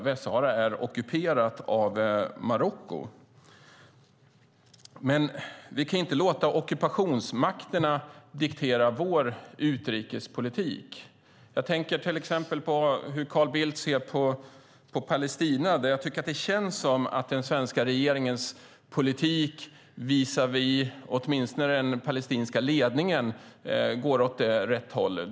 Västsahara är ockuperat av Marocko. Men vi kan inte låta ockupationsmakterna diktera vår utrikespolitik. Jag tänker till exempel på hur Carl Bildt ser på Palestina. Det känns som om den svenska regeringens politik visavi åtminstone den palestinska ledningen går åt rätt håll.